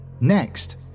Next